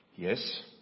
Yes